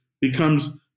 becomes